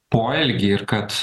poelgį ir kad